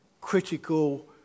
critical